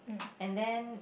and then